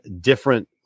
different